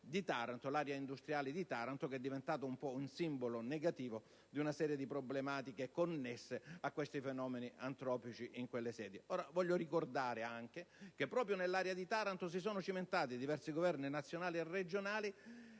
l'area industriale di Taranto, diventata il simbolo negativo di una serie di problematiche connesse ai fenomeni antropici in quelle sedi. Voglio ricordare che proprio nell'area di Taranto si sono cimentati diversi Governi nazionali e regionali,